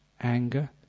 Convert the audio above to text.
anger